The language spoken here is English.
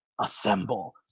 assemble